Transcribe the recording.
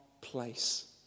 place